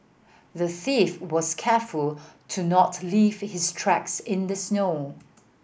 the thief was careful to not leave his tracks in the snow